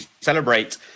celebrate